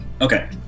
Okay